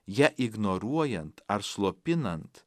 ją ignoruojant ar slopinant